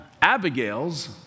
Abigail's